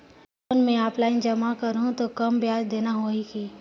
कौन मैं ऑफलाइन जमा करहूं तो कम ब्याज देना होही की?